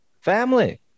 family